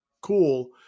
cool